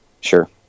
Sure